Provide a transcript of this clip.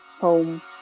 home